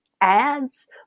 ads